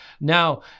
Now